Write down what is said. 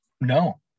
No